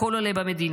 הכול עולה במדינה,